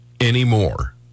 anymore